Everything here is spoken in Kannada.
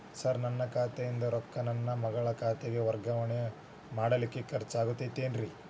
ಸರ್ ನನ್ನ ಖಾತೆಯಿಂದ ರೊಕ್ಕ ನನ್ನ ಮಗನ ಖಾತೆಗೆ ವರ್ಗಾವಣೆ ಮಾಡಲಿಕ್ಕೆ ಖರ್ಚ್ ಆಗುತ್ತೇನ್ರಿ?